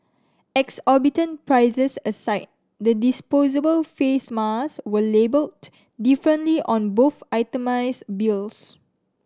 exorbitant prices aside the disposable face masks were labelled differently on both itemised bills